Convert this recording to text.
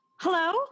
Hello